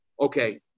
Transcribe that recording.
okay